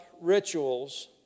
rituals